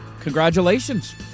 Congratulations